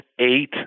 eight